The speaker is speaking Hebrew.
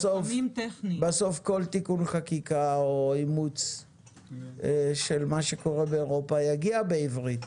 בסוף כל תיקון חקיקה או אימוץ של מה שקורה באירופה יגיע בעברית.